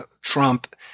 Trump